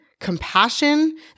compassion